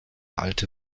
alte